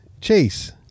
Chase